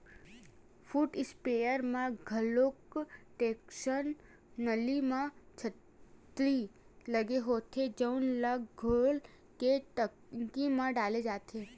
foot spare म घलो section नली म छन्नी लगे होथे जउन ल घोर के टंकी म डाले जाथे